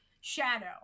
shadow